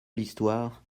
l’histoire